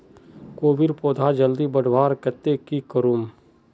कोबीर पौधा जल्दी बढ़वार केते की करूम?